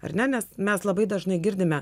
ar ne nes mes labai dažnai girdime